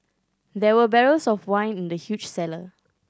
there were barrels of wine in the huge cellar